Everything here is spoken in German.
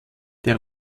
der